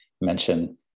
mention